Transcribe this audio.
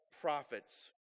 prophets